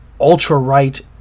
ultra-right